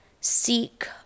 seek